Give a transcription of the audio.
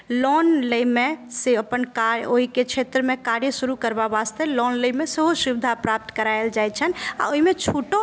loan लै मे से अपन ओहिकेँ क्षेत्रमे कार्य शुरु करबा वास्ते लोन लै मे सेहो सुविधा प्राप्त करायल जाइ छनि आ ओहिमे छुटो